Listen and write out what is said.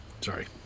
Sorry